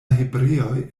hebreoj